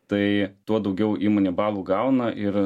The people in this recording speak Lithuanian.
tai tuo daugiau įmonė balų gauna ir